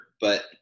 but-